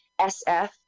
SF